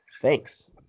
thanks